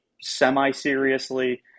semi-seriously